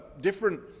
different